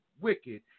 wicked